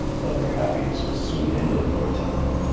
but their happiness was soon ended for a time.